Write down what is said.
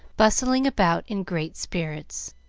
bustling about in great spirits.